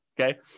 Okay